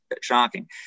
shocking